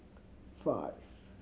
five